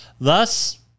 thus